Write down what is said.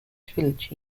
trilogy